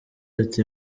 ati